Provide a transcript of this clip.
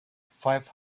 five